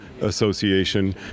association